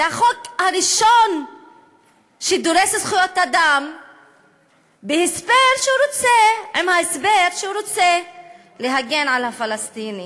זה החוק הראשון שדורס זכויות אדם בהסבר שהוא רוצה להגן על הפלסטיני.